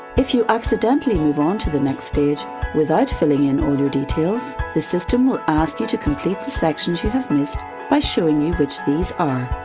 if you accidentally move on to the next stage without filling in all your details, the system will ask you to complete the sections you have missed by showing you which these are.